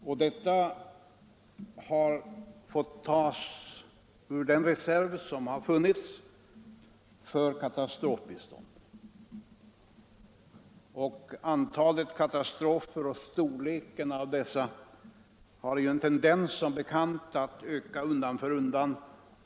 De pengarna har fått tas ur den reserv som har funnits för katastrofbiståndet. Antalet katastrofer och omfattningen av dem har ju också en tendens att öka undan för undan.